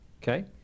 Okay